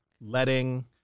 letting